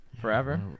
Forever